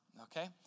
okay